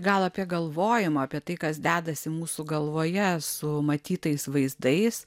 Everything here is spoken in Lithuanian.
gal apie galvojimą apie tai kas dedasi mūsų galvoje su matytais vaizdais